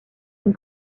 une